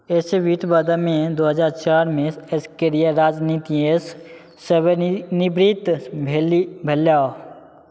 एसेविट बादमे दू हजार चारि मे सक्रिय राजनीतिसँ सेवानिवृत्त भेलाह